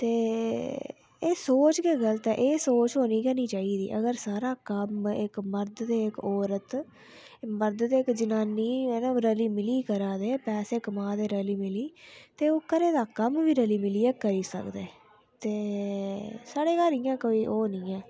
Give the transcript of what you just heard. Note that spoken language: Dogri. ते एह् सोच के गलत ऐ एह् सोच होनी के नी चाहिदी अगर सारा कम्म एक्क मर्द ते एक्क औरत मर्द ते एक्क जनानी ओह् रली मिलिये करा दे पैसे कमा दे रली मिली ते ओह् घरा दा कम्म बी रली मिलियै करी सकदे ते स्हाड़े घर इयां कोई ओह् नी ऐ